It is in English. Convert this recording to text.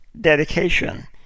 dedication